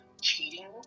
cheating